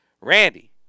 Randy